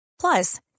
Plus